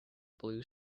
blue